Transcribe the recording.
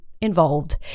involved